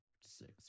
six